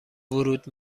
ورود